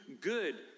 good